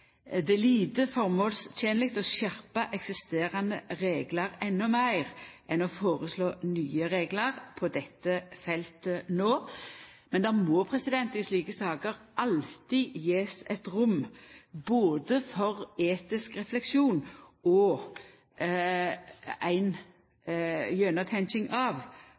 Det er lite føremålstenleg å skjerpa eksisterande reglar endå meir eller å føreslå nye reglar på dette feltet no. Men det må i slike saker alltid gjevast rom for både etisk refleksjon og ei gjennomtenking av